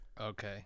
Okay